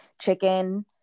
chicken